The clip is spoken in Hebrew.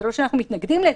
זה לא שאנחנו מתנגדים לזה.